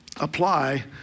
apply